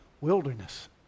wilderness